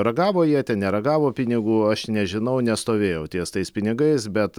ragavo jie ten neragavo pinigų aš nežinau nestovėjau ties tais pinigais bet